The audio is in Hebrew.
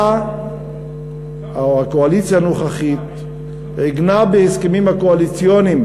הקואליציה הנוכחית עיגנה בהסכמים הקואליציוניים